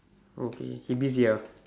oh okay he busy ah